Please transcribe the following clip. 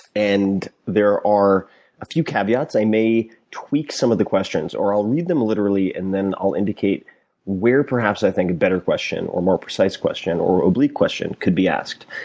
and there are a few caveats. i may tweak some of the questions or i'll read them literally and then i'll indicate where, perhaps, i think a better question, or more precise question, or oblique question could be asked.